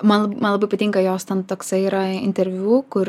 man man labai patinka jos ten toksai yra interviu kur